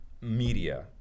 media